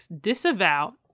disavow